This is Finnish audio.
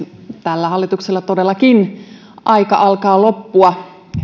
tällä hallituksella todellakin aika alkaa loppua